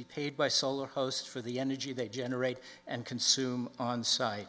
be paid by solar host for the energy they generate and consume on site